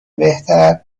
بهتر